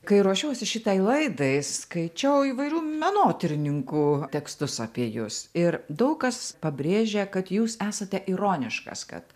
kai ruošiausi šitai laidai skaičiau įvairių menotyrininkų tekstus apie jus ir daug kas pabrėžė kad jūs esate ironiškas kad